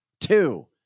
two